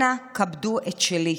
אנא, כבדו את שלי.